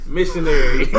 Missionary